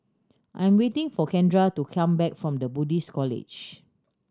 I'm waiting for Kendra to come back from The Buddhist College